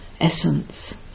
Essence